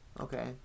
Okay